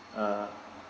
uh